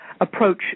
approach